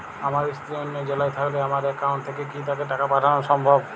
আমার স্ত্রী অন্য জেলায় থাকলে আমার অ্যাকাউন্ট থেকে কি তাকে টাকা পাঠানো সম্ভব?